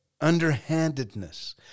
underhandedness